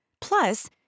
Plus